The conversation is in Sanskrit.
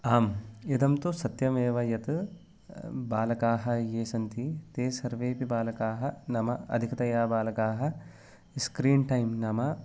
आम् इदं तु सत्यमेव यत् बालकाः ये सन्ति ते सर्वेऽपि बालकाः नाम अधिकतया बालकाः स्क्रीन् टैम् नाम